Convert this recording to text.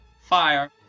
Fire